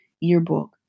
yearbook